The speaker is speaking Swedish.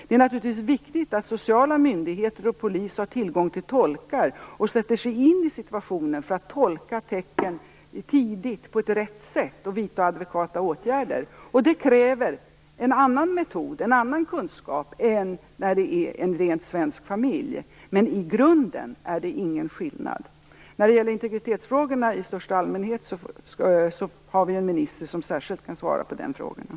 Det är naturligtvis viktigt att sociala myndigheter och polis har tillgång till tolkar och sätter sig in i situationen, så att man tidigt kan tyda tecken på rätt sätt och vidta adekvata åtgärder. Det kräver en annan metod och en annan kunskap än när det gäller en rent svensk familj. Men i grunden är det ingen skillnad. När det gäller integrationsfrågor i största allmänhet vill jag säga att vi har en särskild minister som kan svara på dem.